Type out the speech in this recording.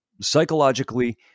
Psychologically